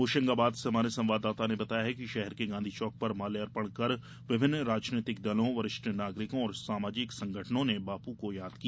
होशंगाबाद से हमारे संवाददाता ने बताया है कि शहर के गांधी चौक पर माल्यार्पण कर विभिन्न राजनैतिक दलों वरिष्ठ नागरिकों और सामाजिक संगठनों ने बापू को याद किया